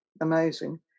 amazing